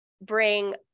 bring